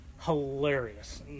hilarious